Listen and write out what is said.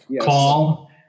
call